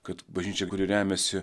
kad bažnyčia kuri remiasi